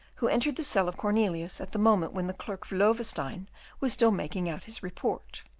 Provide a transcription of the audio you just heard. who entered the cell of cornelius at the moment when the clerk of loewestein was still making out his report.